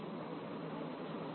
ವಿದ್ಯಾರ್ಥಿ 28